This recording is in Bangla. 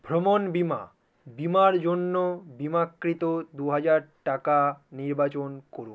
ভ্রমণ বিমা বিমার জন্য বিমাকৃত দু হাজার টাকা নির্বাচন করুন